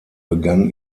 begann